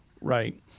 right